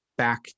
back